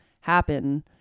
happen